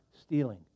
stealing